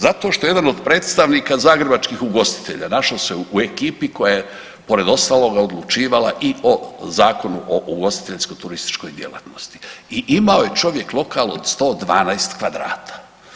Zato što jedan od predstavnika zagrebačkih ugostitelja našao se u ekipi koja je pored ostaloga odlučivala i o Zakonu o ugostiteljsko-turističkoj djelatnosti i imao je čovjek lokal od 112 kvadrata.